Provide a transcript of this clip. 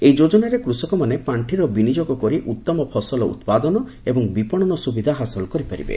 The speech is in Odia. ଏହି ଯୋଜନାରେ କୃଷକମାନେ ପାଣ୍ଡିର ବିନିଯୋଗ କରି ଉତ୍ତମ ଫସଲ ଉତ୍ପାଦନ ଏବଂ ବିପଣନ ସୁବିଧା ହାସଲ କରିପାରିବେ